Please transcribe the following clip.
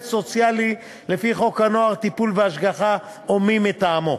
סוציאלי לפי החוק הנוער (טיפול והשגחה) או מי מטעמו.